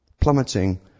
Plummeting